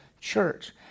church